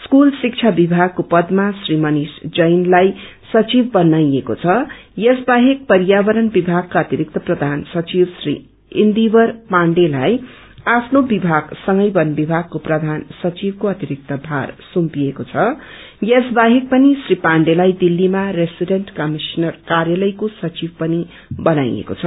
school शिक्षा विभागको पदमा श्री मनिष जैनताई सचिव बनाइएको छ यस बाहेक पर्यावरण विभागका अतिरिक्त प्रधान सचिव श्री इन्दीवर पाण्डेलाई आफ्नो विभागसँगै वन विभागक्षे प्रबान सचिक्को अतिरिक्त भार सुम्पिएको छ यस बाहेक पनि श्री पाण्डेलाई दिल्लीमा रेसिडेन्ट कमिशन कार्यालयक्रो सचिव पनि बनाइएको छ